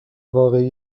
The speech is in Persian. واقعی